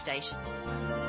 station